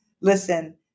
Listen